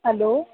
hello